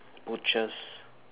butchers